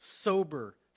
sober